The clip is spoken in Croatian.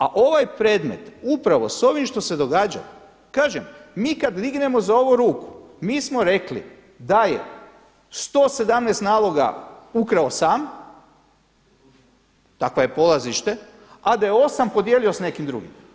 A ovaj predmet upravo s ovim što se događa, kažem mi kad dignemo za ovo ruku mi smo rekli da je 117 naloga ukrao sam, takvo je polazište, a da je 8 podijelio sa nekim drugim.